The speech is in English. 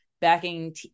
backing